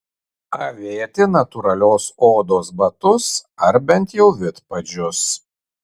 avėti natūralios odos batus ar bent jau vidpadžius